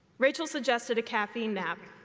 rachel suggested a caffeine nap.